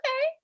okay